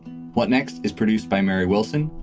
what next is produced by mary wilson.